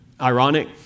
ironic